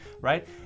right